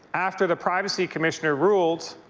after the privacy commissioner ruled